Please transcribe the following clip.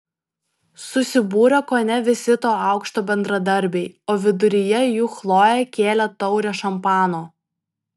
susibūrė kone visi to aukšto bendradarbiai o viduryje jų chlojė kėlė taurę šampano